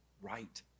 right